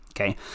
Okay